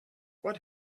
what